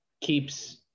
keeps